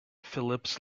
phillips